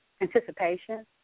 anticipation